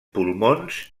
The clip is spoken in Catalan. pulmons